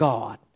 God